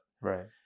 Right